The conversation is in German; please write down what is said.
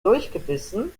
durchgebissen